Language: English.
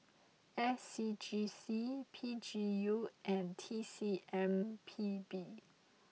S C G C P G U and T C M P B